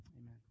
Amen